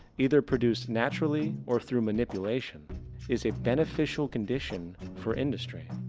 either produced naturally or through manipulation is a beneficial condition for industry?